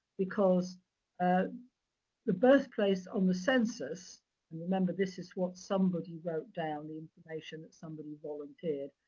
because ah the birth place on the census and remember this is what somebody wrote down, the information that somebody volunteered,